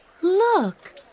Look